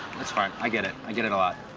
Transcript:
that's fine. i get it. i get it a lot.